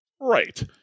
right